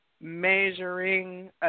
measuring